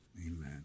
amen